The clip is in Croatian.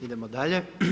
Idemo dalje.